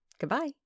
goodbye